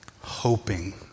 hoping